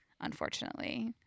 unfortunately